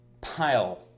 pile